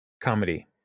Comedy